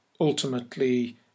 ultimately